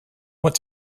want